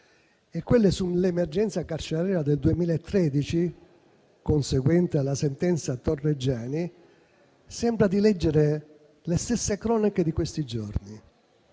quelle sull'emergenza carceraria del 2013 conseguente alla sentenza Torreggiani, sembra di leggere le stesse cronache di questi giorni,